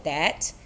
that